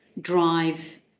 drive